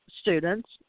students